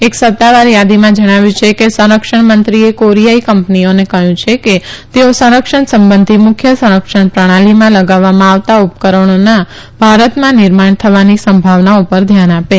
એક સત્તાવાર યાદીમાં જણાવ્યું છે કે સંરક્ષણ મંત્રીએ કોરીયાઈ કંપનીઓને કહયું કે તેઓ સંરક્ષણ સંબંધી મુખ્ય સંરક્ષણ પ્રણાલીમાં લગાવવામાં આવતા ઉપકરણોના ભારતમાં નિર્માણ થવાની સંભાવના પર ધ્યાન આપે